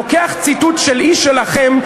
לוקח ציטוט של איש שלכם,